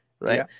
right